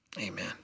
amen